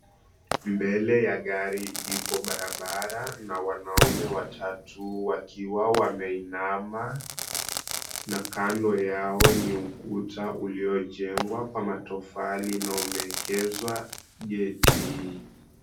Mbele ya gari ipo barabara na wanaume watatu wakiwa wameinama. Na kando yao ni ukuta uliojengwa kwa matofali na umeekezwa geti.